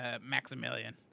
maximilian